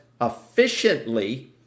efficiently